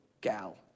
gal